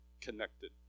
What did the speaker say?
connected